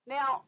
Now